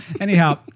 Anyhow